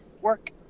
work